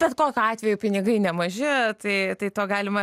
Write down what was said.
bet kokiu atveju pinigai nemaži tai tai to galima